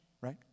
right